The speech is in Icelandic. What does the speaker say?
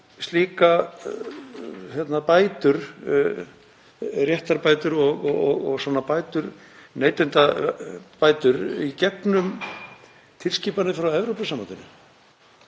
að fá réttarbætur og neytendabætur í gegnum tilskipanir frá Evrópusambandinu.